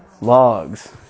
Logs